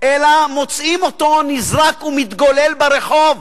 אלא מוצאים אותו נזרק ומתגולל ברחוב,